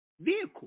vehicle